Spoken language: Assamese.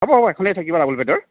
হ'ব হ'ব এখনেই থাকিব ডাবুল বেডৰ